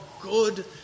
good